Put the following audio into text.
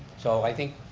so i think,